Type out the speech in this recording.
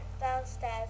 downstairs